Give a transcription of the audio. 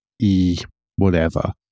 e-whatever